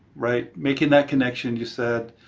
right, making that connection you said,